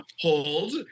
hold